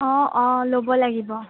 অ অ ল'ব লাগিব